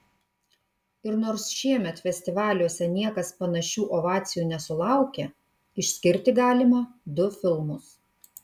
ir nors šiemet festivaliuose niekas panašių ovacijų nesulaukė išskirti galima du filmus